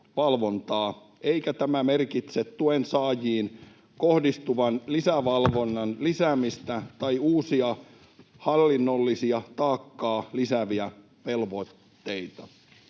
eikä tämä merkitse tuensaajiin kohdistuvan lisävalvonnan lisäämistä tai uusia hallinnollista taakkaa lisääviä velvoitteita.